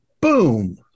boom